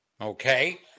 Okay